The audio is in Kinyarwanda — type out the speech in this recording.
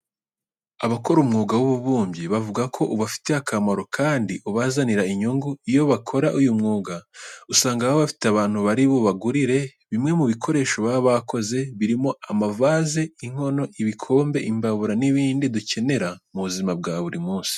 Abakora umwuga w'ububumbyi bavuga ko ubafitiye akamaro, kandi ubazanira inyungu. Iyo bakora uyu mwuga usanga baba bafite abantu bari bubagurire bimwe mu bikoresho baba bakoze birimo amavaze, inkono, ibikombe, imbabura n'ibindi dukenera mu buzima bwa buri munsi.